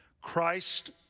Christ